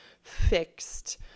fixed